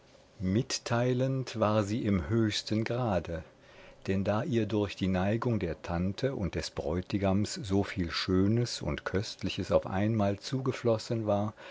mitteilend war sie im höchsten grade denn da ihr durch die neigung der tante und des bräutigams soviel schönes und köstliches auf einmal zugeflossen war